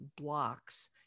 blocks